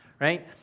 right